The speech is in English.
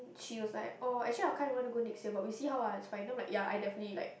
she was like oh actually I kinda want to go next year but we see how ah it's fine ya I definitely like